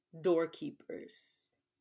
doorkeepers